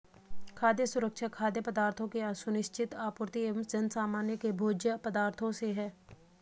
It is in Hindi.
खाद्य सुरक्षा खाद्य पदार्थों की सुनिश्चित आपूर्ति एवं जनसामान्य के भोज्य पदार्थों से है